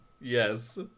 Yes